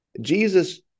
Jesus